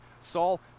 Saul